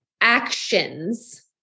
actions